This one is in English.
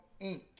Inc